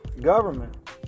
government